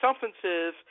substances